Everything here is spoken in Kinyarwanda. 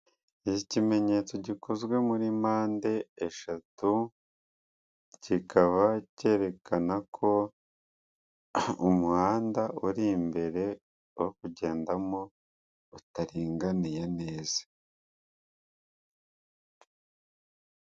Ikimenyetso gikozwe muri mpande eshatu kikaba cyerekana ko umuhanda uri imbere wo kugendamo utaringaniye neza.